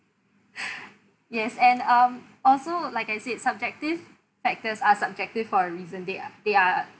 yes and um also like I said subjective factors are subjective for a reason they ar~ they are